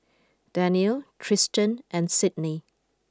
Daniele Tristen and Sidney